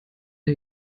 der